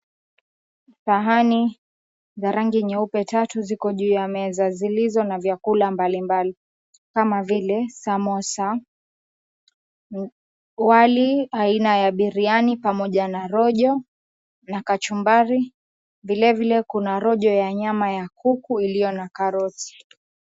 Sahani za rangi nyeupe tatu ziko juu ya meza zilizo na vyakula mbalimbali kama vile samosa, wali aina ya biriyani pamoja na rojo na kachumbari, vilevile kuna rojo ya nyama ya kuku iliyo na karoti.